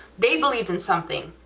they believed in something,